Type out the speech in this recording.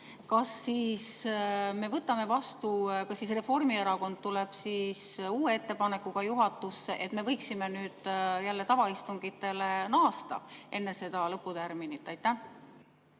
järsult paranema, kas siis Reformierakond tuleb uue ettepanekuga juhatusse, et me võiksime jälle tavaistungitele naasta enne seda lõputärminit? Aitäh!